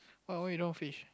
what why you don't want fish